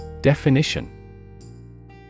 Definition